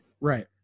Right